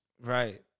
Right